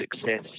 success